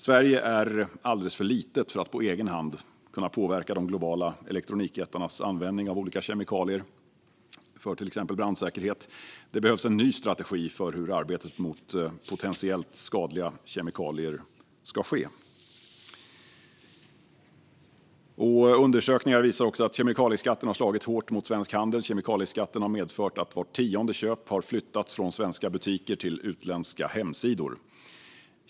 Sverige är alldeles för litet för att på egen hand kunna påverka de globala elektronikjättarnas användning av olika kemikalier för till exempel brandsäkerhet. Det behövs en ny strategi för hur arbetet mot potentiellt skadliga kemikalier ska ske. Undersökningar visar att kemikalieskatten har slagit hårt mot svensk handel. Kemikalieskatten har medfört att var tionde köp har flyttats från svenska butiker till utländska hemsidor.